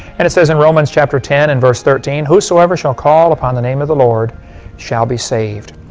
and it says in romans chapter ten and verse thirteen whosoever shall call upon the name of the lord shall be saved.